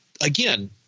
again